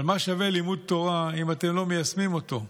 אבל מה שווה לימוד תורה אם אתם לא מיישמים אותו?